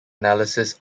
analysis